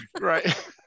Right